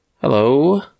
Hello